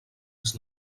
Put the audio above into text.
les